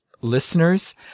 listeners